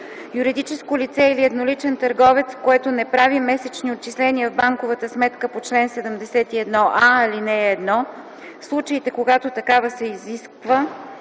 Юридическо лице или едноличен търговец, което не прави месечни отчисления в банковата сметка по чл. 71а, ал. 1, в случаите, когато такава се изисква,